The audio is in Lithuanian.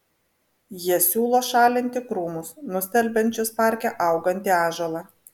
jie siūlo šalinti krūmus nustelbiančius parke augantį ąžuolą